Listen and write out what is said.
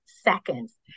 seconds